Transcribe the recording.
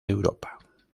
europa